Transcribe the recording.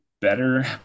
better